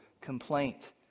complaint